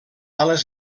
ales